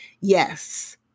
yes